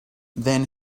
then